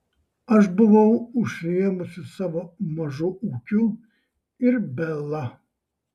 aš buvau užsiėmusi savo mažu ūkiu ir bela